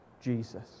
Jesus